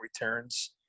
Returns